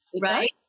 right